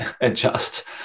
adjust